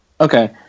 okay